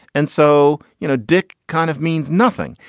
and so, you know, dick kind of means nothing.